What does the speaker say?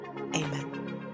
amen